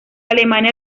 alemania